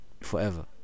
forever